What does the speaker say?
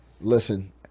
listen